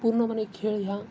पूर्णपणे खेळ ह्या